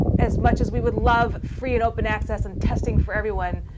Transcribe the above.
as much as we would love free and open access and testing for everyone,